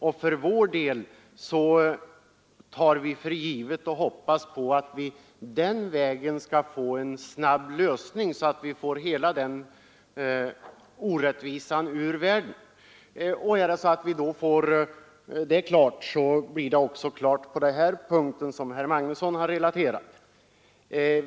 För vår del tar vi för givet att vi den vägen skall få en snabb lösning, så att vi får hela denna orättvisa ur vägen. I så fall får vi också en lösning på det speciella problem som herr Magnusson har relaterat.